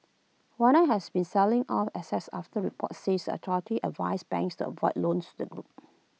Wanda has been selling off assets after reports said the authorities advised banks to avoid loans to the group